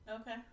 Okay